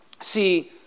See